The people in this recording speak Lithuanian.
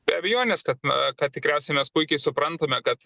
be abejonės kad na kad tikriausiai mes puikiai suprantame kad